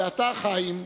ואתה, חיים,